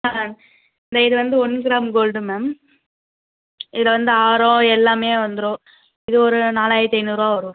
ஆ தே இது வந்து ஒன் கிராம் கோல்டு மேம் இதில் வந்து ஆரம் எல்லாமே வந்துடும் இது ஒரு நாலாயிரத்தி ஐநூறுபா வரும்